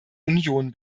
union